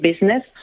business